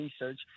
research